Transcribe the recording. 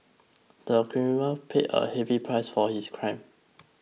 the criminal paid a heavy price for his crime